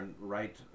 right